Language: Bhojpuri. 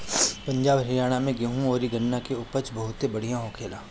पंजाब, हरियाणा में गेंहू अउरी गन्ना के उपज बहुते बढ़िया होखेला